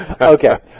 Okay